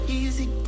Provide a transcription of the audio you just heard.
easy